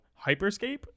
hyperscape